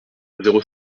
zéro